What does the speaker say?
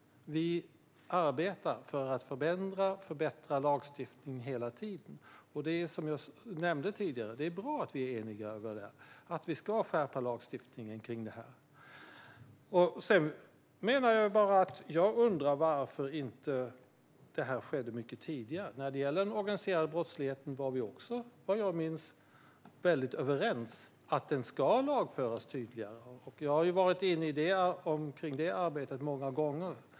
Vi arbetar hela tiden för att förändra och förbättra lagstiftningen. Som jag nämnde tidigare är det bra att vi är eniga om att vi ska skärpa lagstiftningen om detta. Jag undrar bara varför inte det skedde mycket tidigare. När det gäller den organiserade brottsligheten var vi också, vad jag minns, väldigt överens om att den ska lagföras tydligare. Jag har varit inne i det arbetet många gånger.